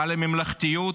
על הממלכתיות,